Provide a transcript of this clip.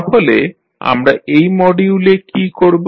তাহলে আমরা এই মডিউলে কী করব